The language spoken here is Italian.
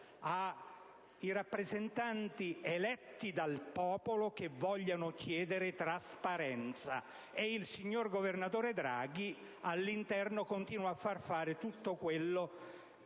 ai rappresentanti eletti dal popolo, che vogliano chiedere trasparenza; e il signor governatore Draghi all'interno continua a far fare tutto quello